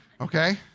okay